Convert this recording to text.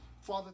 Father